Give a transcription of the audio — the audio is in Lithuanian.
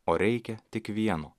o reikia tik vieno